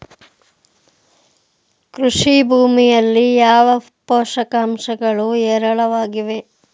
ಕೃಷಿ ಭೂಮಿಯಲ್ಲಿ ಯಾವ ಪೋಷಕಾಂಶಗಳು ಹೇರಳವಾಗಿವೆ?